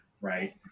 right